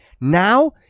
Now